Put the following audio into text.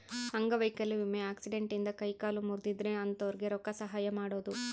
ಅಂಗವೈಕಲ್ಯ ವಿಮೆ ಆಕ್ಸಿಡೆಂಟ್ ಇಂದ ಕೈ ಕಾಲು ಮುರ್ದಿದ್ರೆ ಅಂತೊರ್ಗೆ ರೊಕ್ಕ ಸಹಾಯ ಮಾಡೋದು